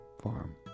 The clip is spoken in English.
farm